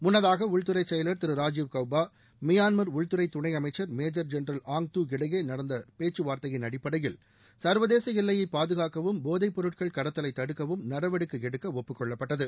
முள்னதாக உள்துறை செயலர் திரு ராஜீவ் கவ்பா மியான்மர் உள்துறை துணை அமைச்சர் மேஜர் ஜென்ரல் ஆங் து இடையே நடந்த பேச்சு வார்த்தையின் அடிப்படையில் சர்வதேச எல்லையை பாதுகாக்கவும் போதைப் பொருட்கள் கடத்தலை தடுக்கவும் நடவடிக்கை எடுக்க ஒப்புக்கொள்ளப்பட்டது